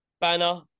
banner